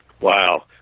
Wow